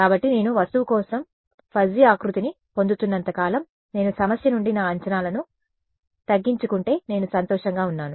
కాబట్టి నేను వస్తువు కోసం ఫజ్జి ఆకృతిని పొందుతున్నంత కాలం నేను సమస్య నుండి నా అంచనాలను తగ్గించుకుంటే నేను సంతోషంగా ఉన్నాను